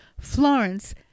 Florence